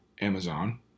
Amazon